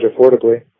affordably